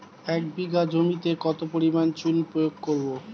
এক বিঘা জমিতে কত পরিমাণ চুন প্রয়োগ করব?